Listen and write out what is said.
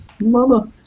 Mama